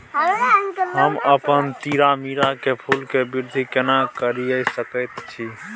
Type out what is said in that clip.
हम अपन तीरामीरा के फूल के वृद्धि केना करिये सकेत छी?